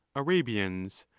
arabians,